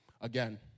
again